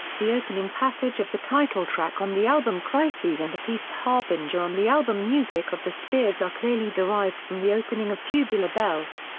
the opening passage of the title track on the album crises and the piece harbinger on the album music of the spheres are clearly derived from the opening of tubular bells.